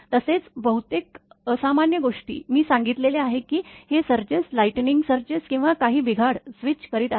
तसेच बहुतेक असामान्य गोष्टी मी सांगितले आहे की हे सर्जेस लाइटनिंग सर्जेस किंवा काही बिघाड स्विच करीत आहे